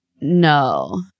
no